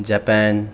Japan